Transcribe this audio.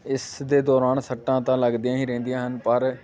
ਇਸ ਦੇ ਦੌਰਾਨ ਸੱਟਾਂ ਤਾਂ ਲੱਗਦੀਆਂ ਹੀ ਰਹਿੰਦੀਆਂ ਹਨ ਪਰ